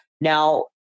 Now